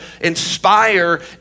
inspire